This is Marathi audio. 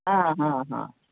हां हां हां